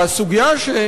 והסוגיה,